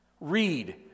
Read